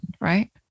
right